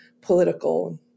political